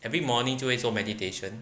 every morning 就会做 meditation